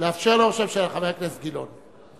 לאפשר לראש הממשלה, חבר הכנסת גילאון.